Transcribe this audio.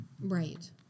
Right